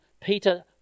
Peter